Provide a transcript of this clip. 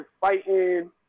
fighting